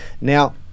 Now